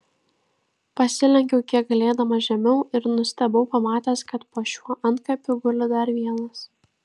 pasilenkiau kiek galėdamas žemiau ir nustebau pamatęs kad po šiuo antkapiu guli dar vienas